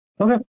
Okay